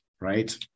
right